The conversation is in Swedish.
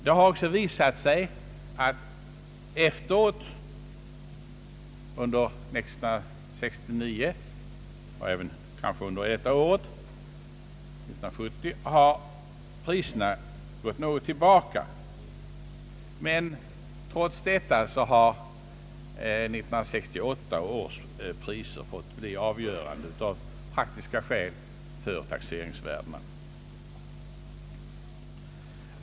Det har även visat sig att priserna har gått något tillbaka efteråt under 1969 och kanske även under detta år. Trots detta har 1968 års priser av praktiska skäl fått bli avgörande för taxeringsvärdena.